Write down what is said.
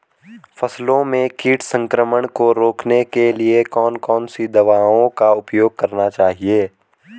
फसलों में कीट संक्रमण को रोकने के लिए कौन कौन सी दवाओं का उपयोग करना चाहिए?